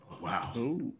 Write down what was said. Wow